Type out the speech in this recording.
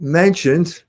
mentioned